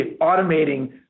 automating